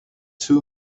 two